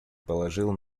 положил